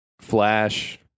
Flash